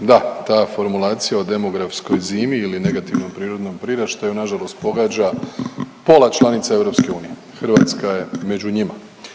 Da, ta formulacija o demografskoj zimi ili negativnom prirodnom priraštaju nažalost pogađa pola članica EU. Hrvatska je među njima.